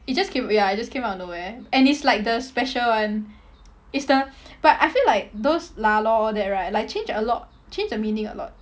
it just came ya it just came out of nowhere and it's like the special one it's the but I feel like those lah lor all that right like change a lot change the meaning a lot